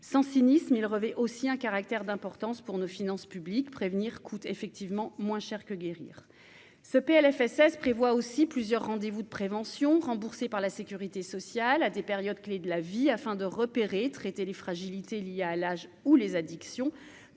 sans cynisme, il revêt aussi un caractère d'importance pour nos finances publiques prévenir coûte effectivement moins cher que guérir ce Plfss prévoit aussi plusieurs rendez-vous de prévention remboursé par la Sécurité sociale, à des périodes clés de la vie afin de repérer et traiter les fragilités liées à l'âge où les addictions